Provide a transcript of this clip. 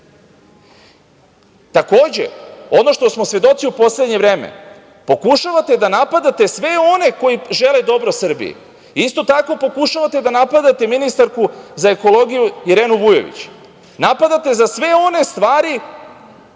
ideja. Ono što smo svedoci u poslednje vreme, pokušavate da napadate sve one koji žele dobro Srbiji. Isto tako pokušavate da napadate ministarku za ekologiju Irenu Vujović. Napadate za sve one stvari